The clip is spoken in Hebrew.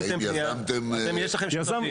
יזמתם פנייה, אתם כעיריית תל-אביב?